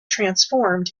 transformed